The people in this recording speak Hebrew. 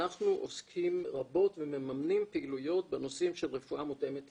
אנחנו עוסקים רבות ומממנים פעילויות בנושאים של רפואה מותאמת אישית,